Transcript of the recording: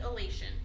elation